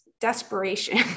desperation